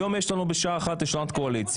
יש לנו היום בשעה אחת ישיבת קואליציה.